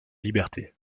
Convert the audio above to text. libertés